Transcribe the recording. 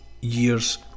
years